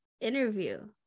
interview